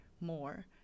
more